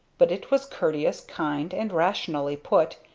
but it was courteous, kind, and rationally put,